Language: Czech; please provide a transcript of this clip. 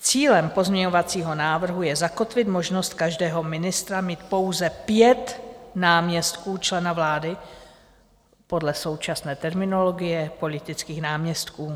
Cílem pozměňovacího návrhu je zakotvit možnost každého ministra mít pouze pět náměstků člena vlády podle současné terminologie politických náměstků.